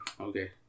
okay